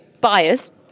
biased